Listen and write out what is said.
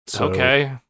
Okay